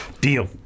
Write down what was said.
deal